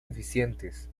eficientes